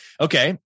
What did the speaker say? Okay